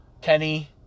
Kenny